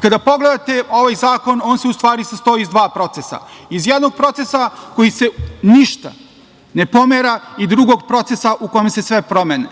Kada pogledate ovaj zakon, on se u stvari sastoji iz dva procesa. Iz jednog procesa koji se ništa ne pomera i drugog procesa u kome su sve promene